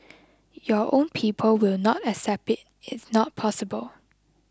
your own people will not accept it it's not possible